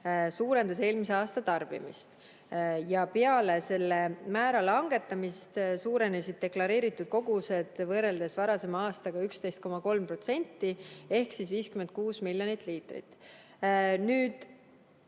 suurendas eelmise aasta tarbimist ja peale selle määra langetamist suurenesid deklareeritud kogused võrreldes varasema aastaga 11,3% ehk 56 miljonit liitrit. See